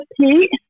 Pete